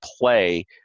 play